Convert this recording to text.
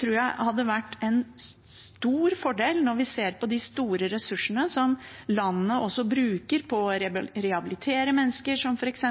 tror jeg hadde vært en stor fordel når vi ser på de store ressursene som landet bruker på å rehabilitere mennesker som f.eks.